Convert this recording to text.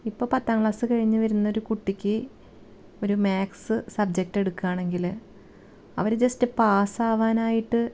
ഇപ്പോൾ പത്താം ക്ലാസ് കഴിഞ്ഞ് വരുന്നൊരു കുട്ടിക്ക് ഒരു മാത്സ് സബ്ജക്റ്റ് എടുക്കുകയാണെങ്കിൽ അവർ ജസ്റ്റ് പാസ് ആവാനായിട്ട്